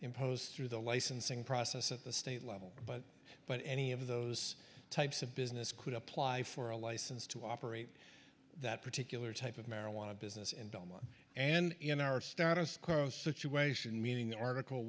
imposed through the licensing process at the state level but but any of those types of business could apply for a license to operate that particular type of marijuana business in doma and in our status quo situation meaning article